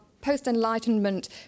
post-enlightenment